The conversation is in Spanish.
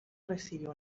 recibió